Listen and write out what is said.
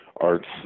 arts